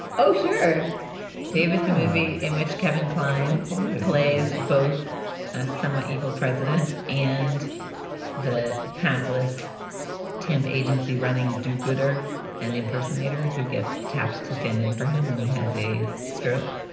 oh, sure dave is the movie in which kevin kline plays both a somewhat evil president and the hapless temp agency running do gooder and impersonator who gets tapped to stand in for him when he has a stroke.